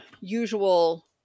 usual